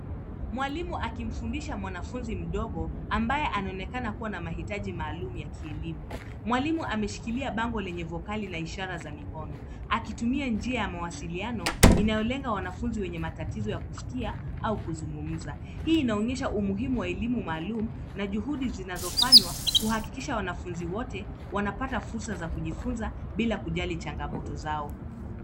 Mwalimu akimfundisha mwanafunzi mdogo ambaye anaonekana kuwa na mahitaji maalum ya kielimu. Mwalimu ameshikilia bango lenye vokali na ishara za mkono, akitumia njia ya mawasiliano inayolenga wanafunzi wenye matatizo ya kusikia au kuzungumza. Hii inaonyesha umuhimu wa elimu maalum na juhudi zinazofanywa kuhakikisha wanafunzi wote wanapata fursa za kujifunza bila kujali changamoto zao.